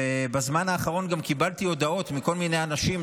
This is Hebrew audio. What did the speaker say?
בזמן האחרון גם קיבלתי הודעות מכל מיני אנשים,